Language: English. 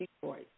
Detroit